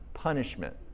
punishment